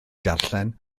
darllen